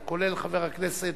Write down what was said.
כולל חבר הכנסת,